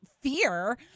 fear